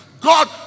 God